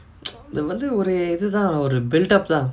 இது வந்து ஒரு இது தா ஒரு:ithu vanthu oru ithu thaa oru built up தா:thaa